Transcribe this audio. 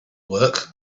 work